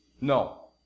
No